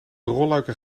rolluiken